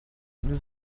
nous